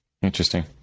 Interesting